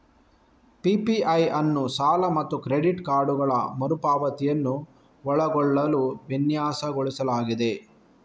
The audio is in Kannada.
ಪಿ.ಪಿ.ಐ ಅನ್ನು ಸಾಲ ಮತ್ತು ಕ್ರೆಡಿಟ್ ಕಾರ್ಡುಗಳ ಮರು ಪಾವತಿಯನ್ನು ಒಳಗೊಳ್ಳಲು ವಿನ್ಯಾಸಗೊಳಿಸಲಾಗಿದೆ